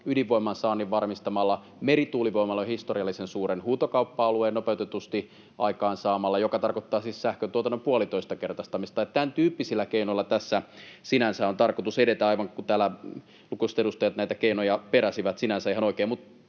ydinvoiman saannin varmistamalla, merituulivoimalan historiallisen suuren huutokauppa-alueen nopeutetusti aikaansaamalla, joka tarkoittaa siis sähköntuotannon puolitoistakertaistamista. Tämäntyyppisillä keinoilla tässä sinänsä on tarkoitus edetä, aivan niin kuin täällä lukuisat edustajat näitä keinoja peräsivät sinänsä ihan oikein.